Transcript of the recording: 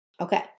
Okay